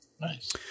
Nice